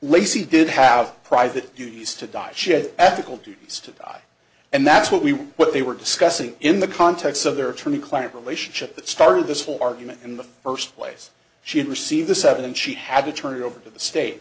lacy did have private use to digest ethical duties to die and that's what we what they were discussing in the context of their attorney client relationship that started this whole argument in the first place she had received the seven and she had to turn it over to the state